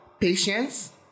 patience